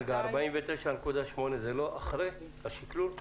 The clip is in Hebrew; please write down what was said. ועדיין --- 49.8 זה לא אחרי השקלול?